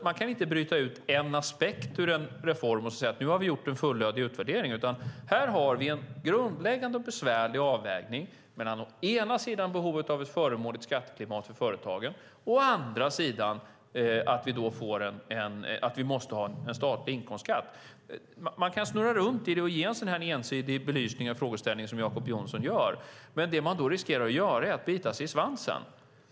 Man kan inte bryta ut en enskild aspekt ur en reform och säga att man har gjort en fullödig utvärdering. Här finns en grundläggande och besvärlig avvägning mellan å ena sidan behovet av ett förmånligt skatteklimat för företagen och å andra sidan att vi måste ha en statlig inkomstskatt. Man kan snurra runt i det och ge en sådan ensidig belysning av frågeställningen som Jacob Johnson gör, men då riskerar man att bita sig i svansen.